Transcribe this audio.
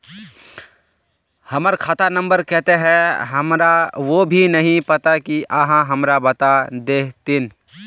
हमर खाता नम्बर केते है हमरा वो भी नहीं पता की आहाँ हमरा बता देतहिन?